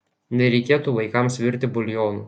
nereikėtų vaikams virti buljonų